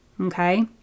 Okay